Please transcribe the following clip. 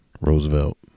Roosevelt